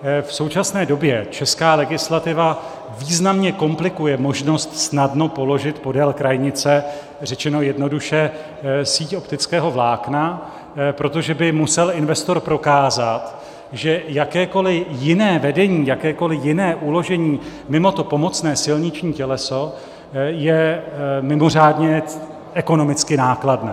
V současné době česká legislativa významně komplikuje možnost snadno položit podél krajnice, řečeno jednoduše, síť optického vlákna, protože by musel investor prokázat, že jakékoliv jiné vedení, jakékoliv jiné uložení mimo to pomocné silniční těleso je mimořádně ekonomicky nákladné.